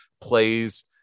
plays